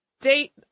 date